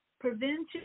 prevention